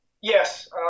yes